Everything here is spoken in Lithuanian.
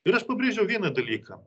ir aš pabrėžiau vieną dalyką